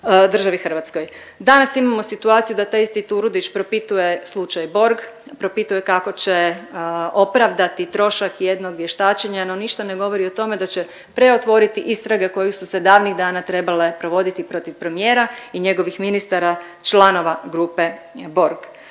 Danas imamo situaciju da taj isti Turudić propituje slučaj Borg, propituje kako će opravdati trošak jednog vještačenja no ništa ne govori o tome da će preotvoriti istrage koje su se davnih dana trebale provoditi protiv premijera i njegovih ministara članova grupe Borg.